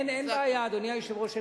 אין בעיה, אדוני היושב-ראש.